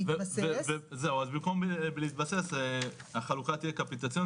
בהתבסס --- אנחנו מבקשים במקום "בהתבסס": החלוקה תהיה קפיטציונית